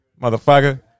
motherfucker